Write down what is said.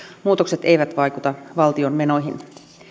muutokset eivät vaikuta valtion menoihin